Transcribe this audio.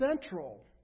central